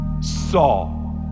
saw